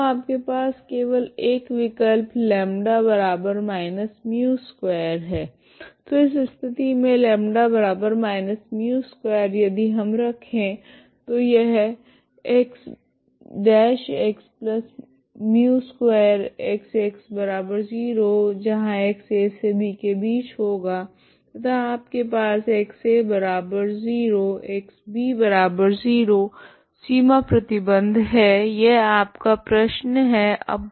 तो आपके पास केवल एक विकल्प λ μ2 है तो इस स्थिति मे λ μ2 यदि हम रखे तो यह X μ2X0axb होगा तथा आपके पास X0 X0 सीमा प्रतिबंध है यह आपका प्रश्न है अब